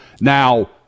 Now